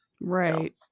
Right